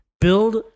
build